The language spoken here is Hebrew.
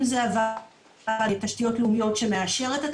אם זו הוועדה לתשתיות לאומיות שמאשרת את